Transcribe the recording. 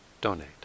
donate